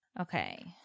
Okay